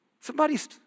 Somebody's